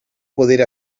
poder